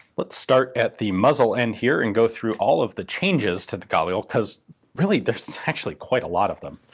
let's start at the muzzle end here and go through all of the changes to the galil, because really there's actually quite a lot of them.